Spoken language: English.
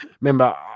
Remember